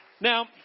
Now